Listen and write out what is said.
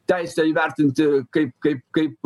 teisę įvertinti kaip kaip kaip